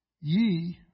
Ye